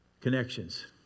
connections